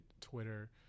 twitter